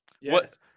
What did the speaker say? Yes